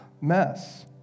mess